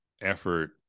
effort